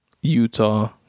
utah